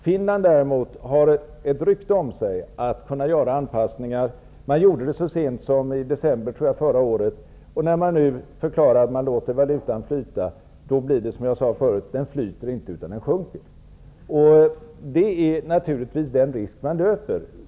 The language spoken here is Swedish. Finland har däremot ett rykte om sig att kunna göra anpassningar, och man gjorde det så sent som i december förra året. När man nu förklarar att man låter valutan flyta blir det inte så, utan valutan sjunker. Det är naturligtvis den risk man löper.